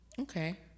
Okay